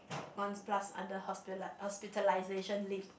months plus under hospila~ hospitalization leave